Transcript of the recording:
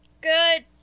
Good